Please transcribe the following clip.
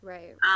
Right